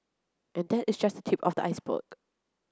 and that is just tip of the iceberg